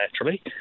naturally